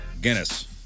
Guinness